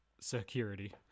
security